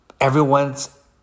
everyone's